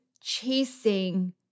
chasing